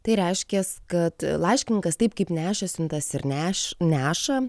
tai reiškia kad laiškininkas taip kaip nešė siuntas ir neš neša